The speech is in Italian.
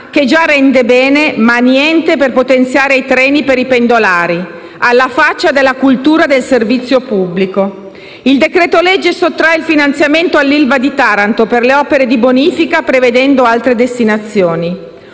che già rende bene, ma niente per potenziare i treni per i pendolari. Alla faccia della cultura del servizio pubblico. Il decreto-legge sottrae il finanziamento all'ILVA di Taranto per le opere di bonifica prevedendo altre destinazioni.